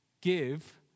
give